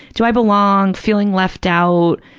do i belong? feeling left out,